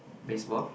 baseball